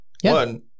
One